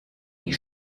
die